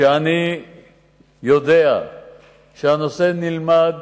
שאני יודע שהנושא נלמד